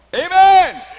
Amen